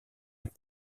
est